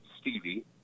Stevie